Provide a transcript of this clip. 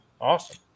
Awesome